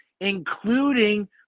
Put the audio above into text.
including